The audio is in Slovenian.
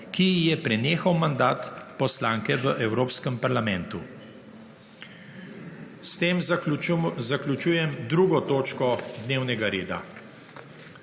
ki ji je prenehal mandat poslanke v Evropskem parlamentu. S tem zaključujem 2. točko dnevnega reda.